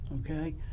okay